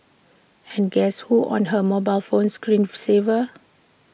and guess who's on her mobile phone screen saver